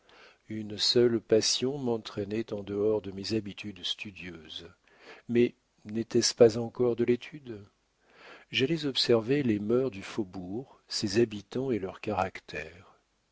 une seule passion m'entraînait en dehors de mes habitudes studieuses mais n'était-ce pas encore de l'étude j'allais observer les mœurs du faubourg ses habitants et leurs caractères